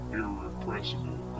irrepressible